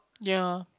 ya